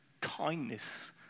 kindness